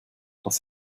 das